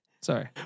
Sorry